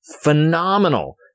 phenomenal